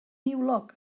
niwlog